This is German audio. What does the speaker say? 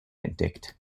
entdeckt